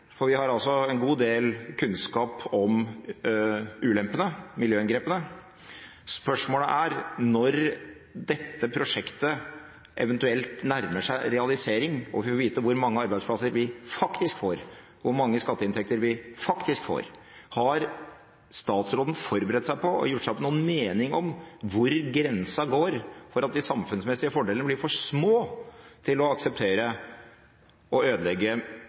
for vi har altså en god del kunnskap om ulempene, miljøinngrepene. Spørsmålet er: Når dette prosjektet eventuelt nærmer seg realisering, og vi får vite hvor mange arbeidsplasser vi faktisk får, hvor mange skatteinntekter vi faktisk får, har statsråden forberedt seg på og gjort seg opp noen mening om hvor grensa går for at de samfunnsmessige fordelene blir for små til å akseptere å ødelegge